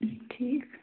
ٹھیٖک